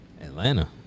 Atlanta